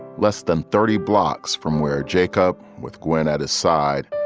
less than thirty blocks from where jacob, with gwen at his side,